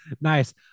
Nice